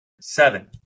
Seven